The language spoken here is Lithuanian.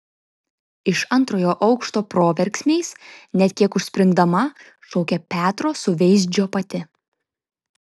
iš antrojo aukšto proverksmiais net kiek užspringdama šaukė petro suveizdžio pati